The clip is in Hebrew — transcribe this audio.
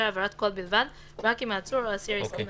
העברת קול בלבד רק אם העצור או האסיר הסכים לכך.